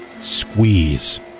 squeeze